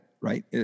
right